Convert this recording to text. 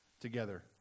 together